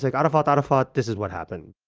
like arafat arafat, this is what happened.